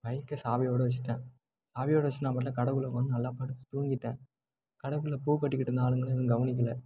பைக்கை சாவியோட வச்சிட்டேன் சாவியோட வச்சிட்டு நான் பாட்ல கடைக்குள்ள உட்காந்து நல்லா படுத்து தூங்கிட்டேன் கடைக்குள்ள பூ கட்டிக்கிட்டு இருந்த ஆளுங்களும் எதுவும் கவனிக்கலை